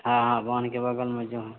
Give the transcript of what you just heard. हाँ हाँ भवन के बग़ल में जो है